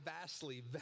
vastly